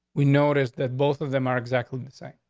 we noticed that both of them are exactly the same.